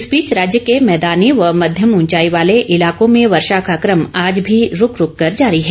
इस बीच राज्य के मैदानी व मध्यम ऊंचाई वाले इलाकों में वर्षा का क्रम आज भी रूक रूक कर जारी है